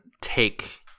take